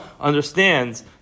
understands